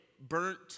burnt